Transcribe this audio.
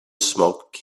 smoke